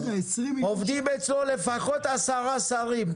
עובדים אצלו לפחות 10 שרים,